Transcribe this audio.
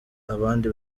abandi